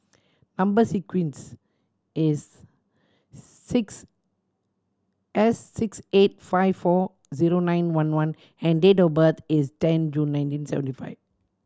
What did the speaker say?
number sequence is six S six eight five four zero nine one one and date of birth is ten June nineteen seventy five